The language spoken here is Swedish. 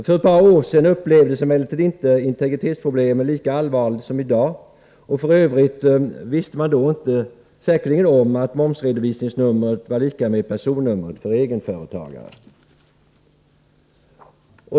För ett par år sedan upplevdes emellertid inte integritetsproblemen lika allvarligt som i dag, och f.ö. visste man då säkerligen inte om att momsredovisningsnumret var lika med personnumret för egenföretagare.